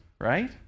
right